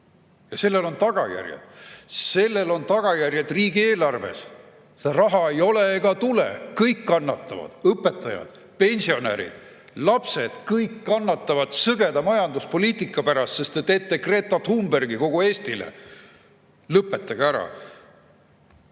Sellel on tagajärjed riigieelarves. Seda raha ei ole ega tule, kannatavad kõik: õpetajad, pensionärid, lapsed. Kõik kannatavad sõgeda majanduspoliitika pärast, sest te teete Greta Thunbergi kogu Eestile. Lõpetage ära!